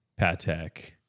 Patek